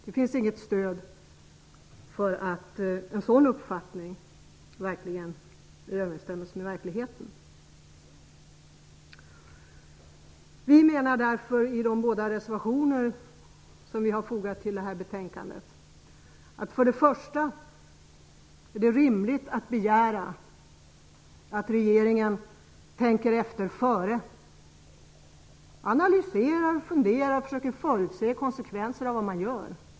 Det finns inget stöd för att en sådan uppfattning överensstämmer med verkligheten. Vi framhåller i de båda reservationer som vi har fogat vid detta betänkande för det första att det är rimligt att begära att regeringen tänker efter före och analyserar, funderar över och försöker förutse konsekvenserna av vad man gör.